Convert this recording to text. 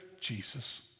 Jesus